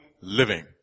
living